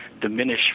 diminish